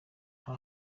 nta